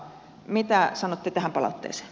mitä sanotte tähän palautteeseen